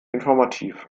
informativ